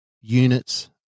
units